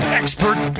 expert